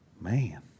Man